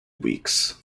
weeks